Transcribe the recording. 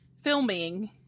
filming